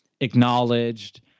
acknowledged